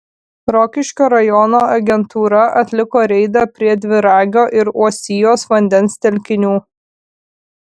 rokiškio rajono agentūra atliko reidą prie dviragio ir uosijos vandens telkinių